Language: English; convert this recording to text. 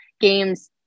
games